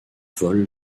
vol